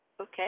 Okay